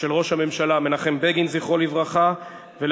אנחנו פותחים, כבכל יום רביעי, בשאילתות דחופות.